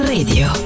Radio